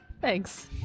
Thanks